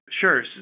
Sure